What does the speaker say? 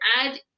add